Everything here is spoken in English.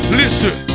listen